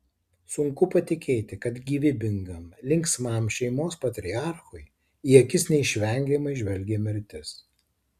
sunku patikėti kad gyvybingam linksmam šeimos patriarchui į akis neišvengiamai žvelgia mirtis